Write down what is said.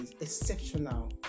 exceptional